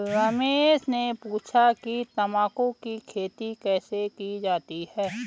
रमेश ने पूछा कि तंबाकू की खेती कैसे की जाती है?